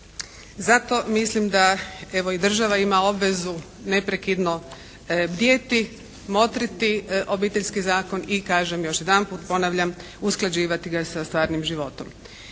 Zato mislim da evo i država ima obvezu neprekidno bdjeti, motriti Obiteljski zakon i kažem još jedanput ponavljam usklađivati ga sa stvarnim životom.